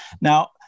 Now